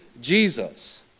Jesus